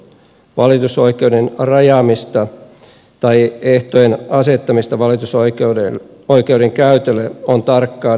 valitusoikeuden rajaamista tai ehtojen asettamista valitusoikeuden käytölle on tarkkaan harkittava